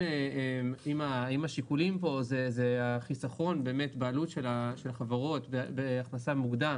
אם השיקולים פה זה החיסכון בעלות של החברות ביחס המוגדל